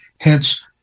Hence